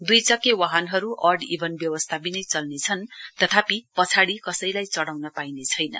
दुई चक्के वाहनहरू अड इभन व्यवस्थाविनै चल्नेछ तथापि पछाडि कसैलाई चढाउन पाइनेछैन